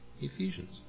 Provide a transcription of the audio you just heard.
Ephesians